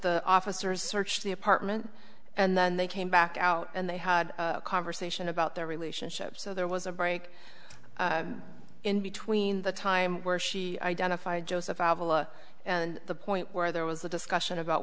the officers searched the apartment and then they came back out and they had a conversation about their relationship so there was a break in between the time where she identified joseph and the point where there was a discussion about